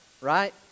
right